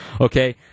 Okay